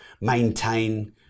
maintain